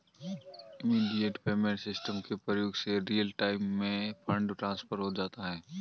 immediate payment system के प्रयोग से रियल टाइम में फंड ट्रांसफर हो जाता है